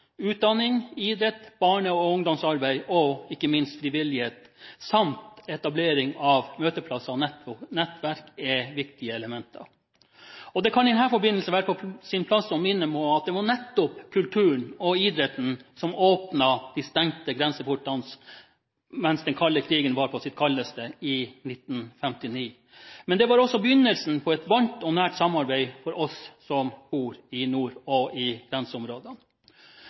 utdanning, idrett, barne- og ungdomsarbeid og ikke minst frivillighet, samt etablering av møteplasser og nettverk, er viktige elementer. Det kan i denne forbindelsen være på sin plass å minne om at det var nettopp kulturen og idretten som åpnet de stengte grenseportene mens den kalde krigen var på sitt kaldeste i 1959. Det var også begynnelsen på et varmt og nært samarbeid for oss som bor i nord og i grenseområdene.